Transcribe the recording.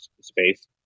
space